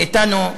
מאתנו?